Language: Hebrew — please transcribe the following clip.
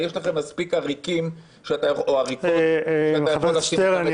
יש לכם מספיק עריקים או עריקות שאתה יכול לשים --- חבר הכנסת שטרן,